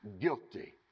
guilty